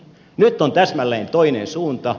nyt on täsmälleen toinen suunta